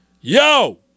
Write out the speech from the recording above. Yo